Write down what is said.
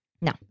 No